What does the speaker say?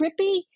Trippy